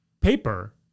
Paper